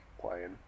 playing